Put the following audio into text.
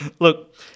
Look